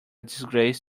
disgrace